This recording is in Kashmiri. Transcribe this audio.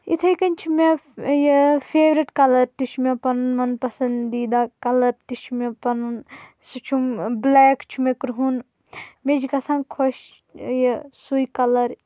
یِتھے کَنۍ چھِ مےٚ فہ یہِ فیوٚرِٹ کَلَر تہِ چھِ مےٚ پَنُن مَن پسنٛد دیٖدا کَلَر تہِ چھِ مےٚ پَنُن سُہ چھُ بٕلیک چھُ مےٚ کرۄہُن مےٚ چھِ گژھان خۄش یہِ سُے کَلَر